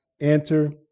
enter